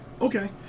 Okay